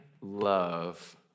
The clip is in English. love